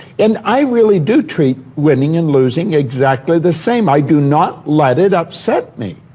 and i really do treat winning and losing exactly the same i do not let it upset me.